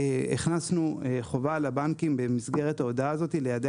הכנסנו חובה לבנקים במסגרת ההודעה הזאת לידע